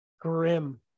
grim